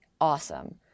awesome